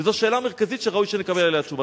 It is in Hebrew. זו שאלה מרכזית, שראוי שנקבל עליה תשובה.